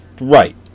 Right